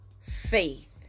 faith